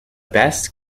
best